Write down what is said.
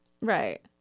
Right